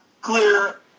clear